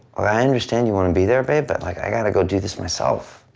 i understand you want to be there babe, but like i gotta gotta do this myself,